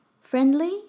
friendly